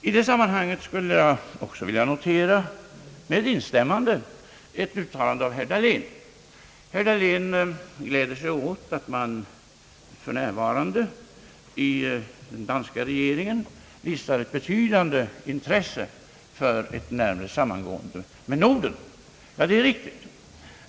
I detta sammanhang skulle jag också vilja notera, med instämmande, ett uttalande av herr Dahlén. Herr Dahlén gläder sig åt att den danska regeringen för närvarande visar ett betydande intresse för ett närmare sammangående med Norden.